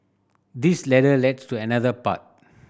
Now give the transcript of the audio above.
this ladder lies to another path